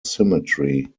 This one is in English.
symmetry